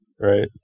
Right